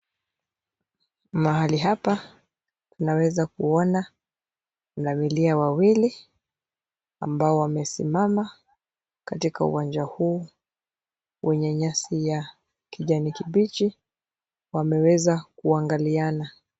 Mahali hapa Unaweza kuona punda milia wawili ambao wamesimama katika uwanja huu wenye nyasi ya kijani kibichi wameweza kuangalina .